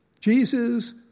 Jesus